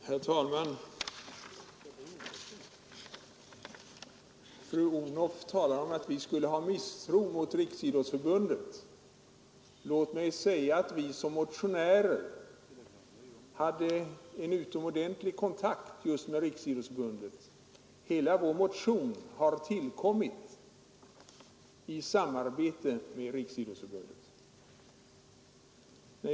Herr talman! Fru Odhnoff talar om att vi skulle hysa misstro mot Riksidrottsförbundet. Låt mig säga att vi som motionärer hade en utomordentligt god kontakt just med Riksidrottsförbundet. Motionen har tillkommit i samarbete med Riksidrottsförbundet.